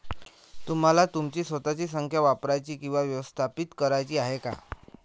तुम्हाला तुमची स्वतःची संख्या वापरायची किंवा व्यवस्थापित करायची आहे का?